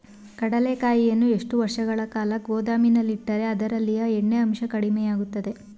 ಕಡ್ಲೆಕಾಯಿಯನ್ನು ಎಷ್ಟು ವರ್ಷಗಳ ಕಾಲ ಗೋದಾಮಿನಲ್ಲಿಟ್ಟರೆ ಅದರಲ್ಲಿಯ ಎಣ್ಣೆ ಅಂಶ ಕಡಿಮೆ ಆಗುತ್ತದೆ?